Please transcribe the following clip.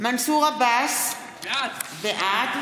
בעד מנסור עבאס, בעד